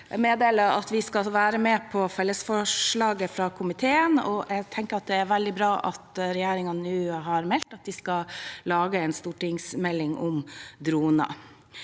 fall meddele at vi skal være med på fellesforslaget fra komiteen. Jeg tenker at det er veldig bra at regjeringen nå har meldt at de skal lage en stortingsmelding om droner.